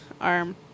Arm